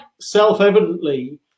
self-evidently